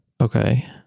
Okay